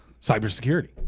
cybersecurity